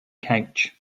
couch